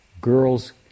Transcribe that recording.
girls